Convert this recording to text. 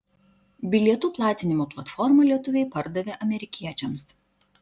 bilietų platinimo platformą lietuviai pardavė amerikiečiams